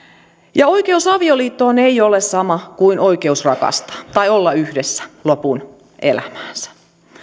oikeus avioliittoon ei ole sama kuin oikeus rakastaa tai olla yhdessä lopun elämäänsä